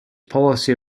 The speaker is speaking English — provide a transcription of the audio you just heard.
policy